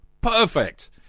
Perfect